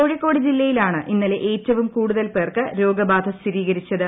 കോഴിക്കോട് ജില്ലയിലാണ് ഇന്നലെ ഏറ്റവും കൂടുതൽ പേർക്ക് രോഗബാധ സ്ഥിരീകരിച്ചത്